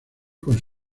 con